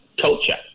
culture